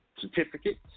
Certificates